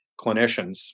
clinicians